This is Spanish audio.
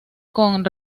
con